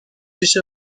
پیش